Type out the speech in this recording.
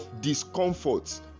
discomforts